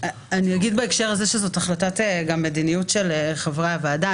בהקשר הזה זו גם החלטת מדיניות של חברי הוועדה.